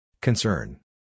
Concern